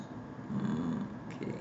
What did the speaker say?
mm okay